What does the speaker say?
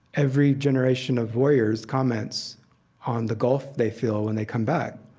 every generation of warriors comments on the gulf they feel when they come back.